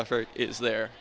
effort is there